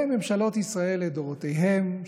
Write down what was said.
ממשלות ישראל לדורותיהן,